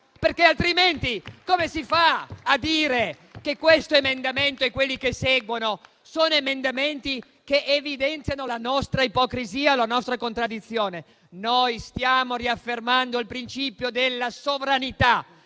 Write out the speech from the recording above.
altrimenti, come si fa a dire che questo emendamento e quelli che seguono evidenziano la nostra ipocrisia e la nostra contraddizione? Noi stiamo riaffermando il principio della sovranità